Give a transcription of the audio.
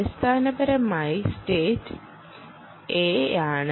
അടിസ്ഥാനപരമായി സ്റ്റേറ്റ് എയാണ്